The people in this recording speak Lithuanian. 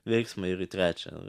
veiksmą ir į trečią